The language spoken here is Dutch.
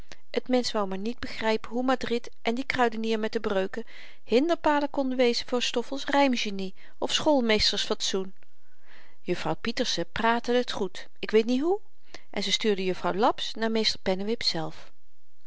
t mensch wou maar niet begrypen hoe madrid en die kruidenier met de breuken hinderpalen konden wezen voor stoffel's rymgenie of schoolmeestersfatsoen jufvrouw pieterse praatte het goed ik weet niet hoe en ze stuurde jufvrouw laps naar meester pennewip zelf